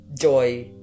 joy